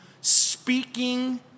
speaking